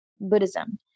Buddhism